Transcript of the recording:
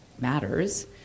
matters